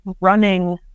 running